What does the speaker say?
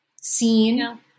seen